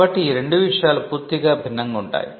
కాబట్టి ఈ రెండు విషయాలు పూర్తిగా భిన్నంగా ఉంటాయి